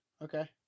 Okay